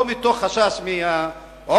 לא שאין חשש מעונש,